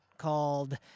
called